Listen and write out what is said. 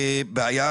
דניאל, תתקן את זה.